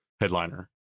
headliner